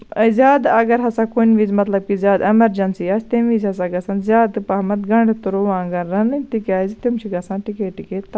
زیادٕ اَگر ہسا کُنہِ وِزِ مطلب کہِ زیادٕ ایمَرجینسی آسہِ تَمہِ وِزِ ہسا گژھن زیادٕ پَہمَتھ گَنڈٕ تہٕ رُوانگَن رَنٕنۍ تِکیازِ تِم چھِ گژھان ٹِکے ٹِکے تہ